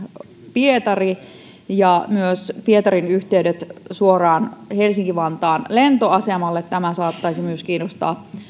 pietari ja myös pietarin yhteydet suoraan helsinki vantaan lentoasemalle tämä saattaisi myös kiinnostaa